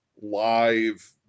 live